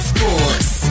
Sports